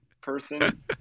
person